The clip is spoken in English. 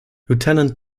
lieutenant